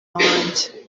wanjye